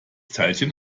teilchen